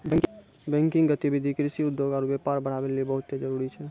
banking गतिविधि कृषि, उद्योग आरु व्यापार बढ़ाबै लेली बहुते जरुरी छै